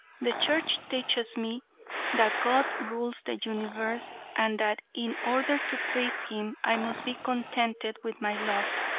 the church teaches me that god rules the universe, and that in order to please him i must be contented with my lot.